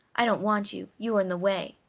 i don't want you, you are in the way.